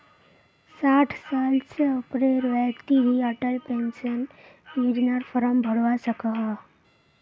साठ साल स ऊपरेर व्यक्ति ही अटल पेन्शन योजनार फार्म भरवा सक छह